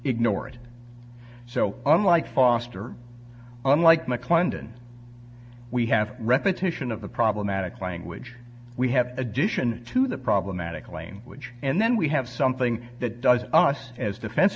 ignore it so unlike foster unlike mclendon we have repetition of the problematic language we have addition to the problematic lane which and then we have something that does us as defense